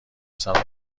پسرها